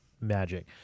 Magic